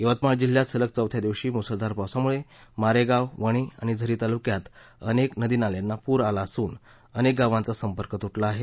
यवतमाळ जिल्ह्यात सलग चौथ्या दिवशी मुसळधार पावसामुळे मारेगाव वणी आणि झरी तालुक्यात अनेक नदी नाल्यांना पूर आला असून अनेक गावांचा संपर्क तुटला आहे